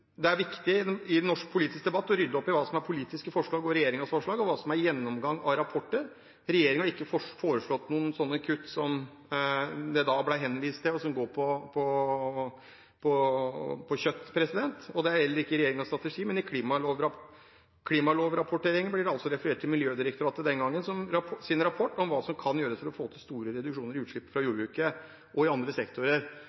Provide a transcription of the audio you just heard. hva som er gjennomgang av rapporter. Regjeringen har ikke foreslått noen sånne kutt som det da ble henvist til, og som går på kjøtt, og det er heller ikke i regjeringens strategi. Men i klimalovrapporteringen blir det altså referert til Miljødirektoratets rapport, den gangen, om hva som kan gjøres for å få til store reduksjoner i utslippet fra